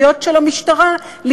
השוטרים נשאר כשהיה ותקציב המשטרה הולך